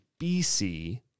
BC